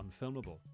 unfilmable